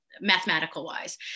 mathematical-wise